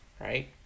right